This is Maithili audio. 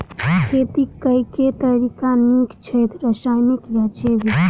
खेती केँ के तरीका नीक छथि, रासायनिक या जैविक?